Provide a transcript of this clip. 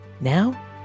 Now